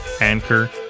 Anchor